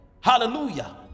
Hallelujah